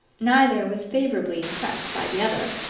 neither was favourably impressed by the other.